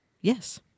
Yes